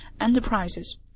enterprises